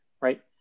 right